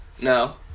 No